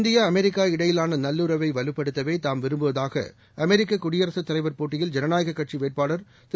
India America இடையிலானநல்லுறவைவலுப்படுத்தவேதாம் விரும்புவதாகஅமெரிக்க குடியரசுத் தலைவர் போட்டியில் ஜனநாயககட்சிவேட்பாளர் திரு